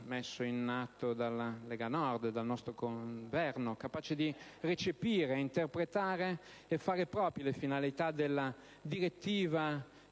messo in atto dalla Lega Nord e dal Governo, capace di recepire, interpretare e far proprie le finalità della direttiva